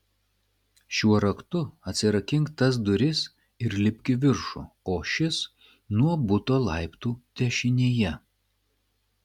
šiuo raktu atsirakink tas duris ir lipk į viršų o šis nuo buto laiptų dešinėje